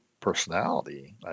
personality